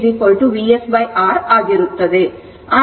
ಇದು iinfinity Vs R ಆಗಿರುತ್ತದೆ